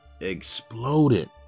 exploded